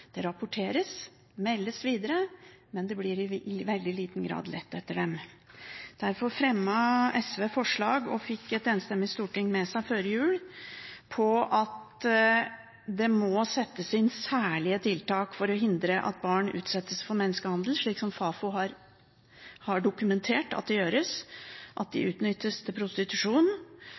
Det rapporteres og meldes videre, men det blir i veldig liten grad lett etter dem. Derfor fremmet SV forslag og fikk et enstemmig storting med seg før jul om at det må settes inn særlige tiltak for å hindre at barn utsettes for menneskehandel, slik Fafo har dokumentert at gjøres, og utnyttes i prostitusjon, og at man aktivt må lete etter dem når de